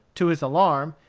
to his alarm,